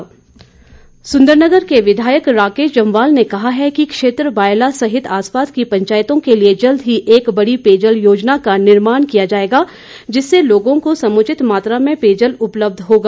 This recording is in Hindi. राकेश जम्वाल सुंदरनगर के विधायक राकेश जम्वाल ने कहा है कि क्षेत्र की बायला सहित आसपास की पंचायतों के लिए जल्द ही एक बड़ी पेयजल योजना का निर्माण किया जाएगा जिससे लोगों को समुचित मात्रा में पेयजल उपलब्ध होगा